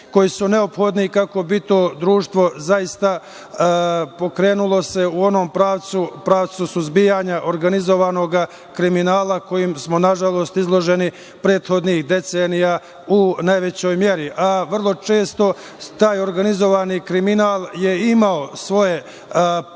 koji su neophodni kako bi to društvo zaista se pokrenulo u onom pravcu, pravcu suzbijanja organizovanog kriminala, kojem smo, nažalost, izloženi prethodnih decenija u najvećoj meri. Vrlo često taj organizovani kriminal je imao svoje poluge